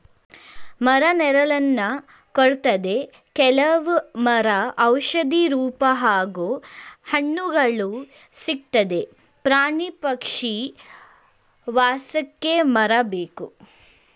ಮರ ನೆರಳನ್ನ ಕೊಡ್ತದೆ ಕೆಲವ್ ಮರ ಔಷಧಿ ರೂಪ ಹಾಗೂ ಹಣ್ಣುಗಳು ಸಿಕ್ತದೆ ಪ್ರಾಣಿ ಪಕ್ಷಿ ವಾಸಕ್ಕೆ ಮರ ಬೇಕು